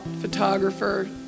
photographer